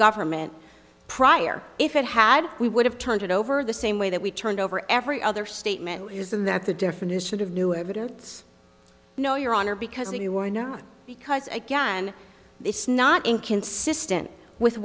government prior if it had we would have turned it over the same way that we turned over every other statement isn't that the definition of new evidence no your honor because if you were not because again this not inconsistent with